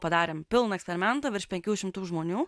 padarėm pilną eksperimentą virš penkių šimtų žmonių